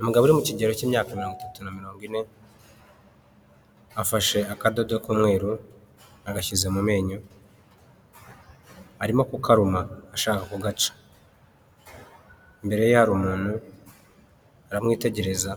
Umugabo uri mu kigero k'imyaka mirongo itatu na mirongo ine, afashe akadodo k'umweru agashyize mu menyo arimo arakaruma ashaka kugaca, imbere ye hari umuntu aramwitegereza